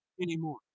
anymore